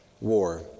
war